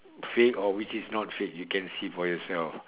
fake or which is not fake you can see for yourself